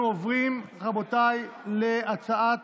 אנחנו עוברים, רבותיי, להצעת